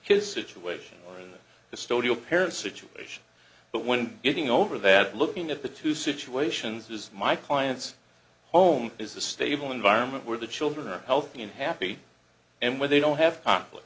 kids situation in the studio parent situation but when getting over that looking at the two situations is my client's home is a stable environment where the children are healthy and happy and where they don't have con